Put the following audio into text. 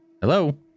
Hello